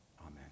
Amen